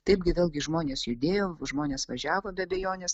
taipgi vėlgi žmonės judėjo žmonės važiavo be abejonės